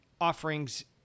offerings